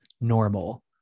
normal